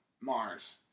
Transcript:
Mars